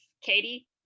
Katie